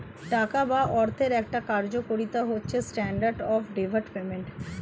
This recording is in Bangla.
টাকা বা অর্থের একটা কার্যকারিতা হচ্ছে স্ট্যান্ডার্ড অফ ডেফার্ড পেমেন্ট